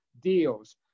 deals